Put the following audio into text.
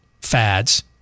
fads